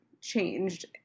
changed